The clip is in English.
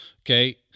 okay